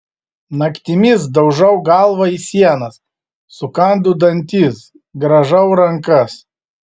naktimis daužau galvą į sienas sukandu dantis grąžau rankas